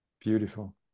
beautiful